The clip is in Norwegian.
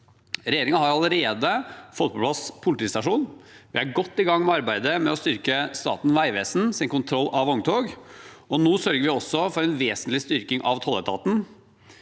Regjeringen har allerede fått på plass en politistasjon. Vi er godt i gang med arbeidet med å styrke Statens vegvesens kontroll av vogntog, og nå sørger vi også for en vesentlig styrking av tolletaten.